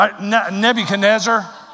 Nebuchadnezzar